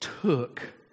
took